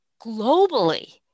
globally